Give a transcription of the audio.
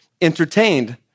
entertained